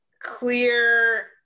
clear